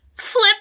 Flip